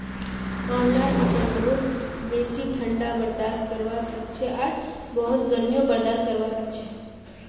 आंवलार फसल बहुत बेसी ठंडा बर्दाश्त करवा सखछे आर बहुत गर्मीयों बर्दाश्त करवा सखछे